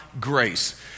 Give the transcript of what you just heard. grace